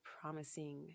promising